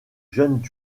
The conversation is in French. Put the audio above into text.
jeune